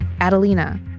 Adelina